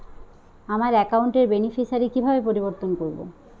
আমার অ্যাকাউন্ট র বেনিফিসিয়ারি কিভাবে পরিবর্তন করবো?